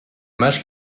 matchs